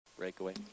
breakaway